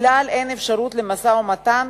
אין כלל אפשרות למשא-ומתן,